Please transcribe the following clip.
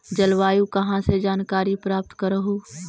जलवायु कहा से जानकारी प्राप्त करहू?